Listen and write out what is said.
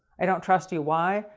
i don't trust you. why?